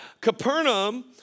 Capernaum